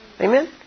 Amen